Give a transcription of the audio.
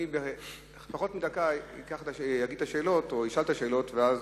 בפחות מדקה אשאל את השאלות, ואז,